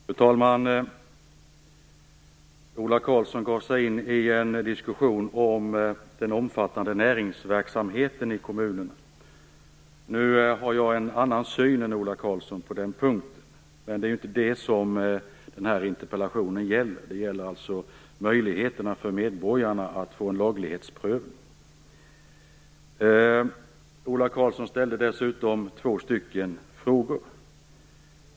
Fru talman! Ola Karlsson gav sig in i en diskussion om den omfattande näringsverksamheten i kommunerna. Nu har jag en annan syn än Ola Karlsson på den punkten. Men det är inte det som den här interpellationen gäller. Den gäller möjligheterna för medborgarna att få en laglighetsprövning. Ola Karlsson ställde dessutom två frågor.